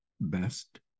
best